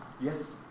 Yes